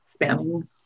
spamming